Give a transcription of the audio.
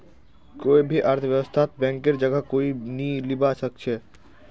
कोई भी अर्थव्यवस्थात बैंकेर जगह कोई नी लीबा सके छेक